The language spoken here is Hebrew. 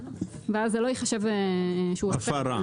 ואז זה לא ייחשב שהוא הפר.